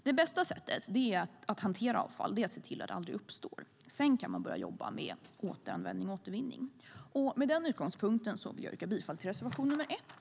Det bästa sättet att hantera avfall är att se till att det aldrig uppstår. Sedan kan man börja jobba med återanvändning och återvinning. Med denna utgångspunkt yrkar jag bifall till reservation 1.